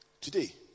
Today